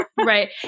right